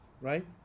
right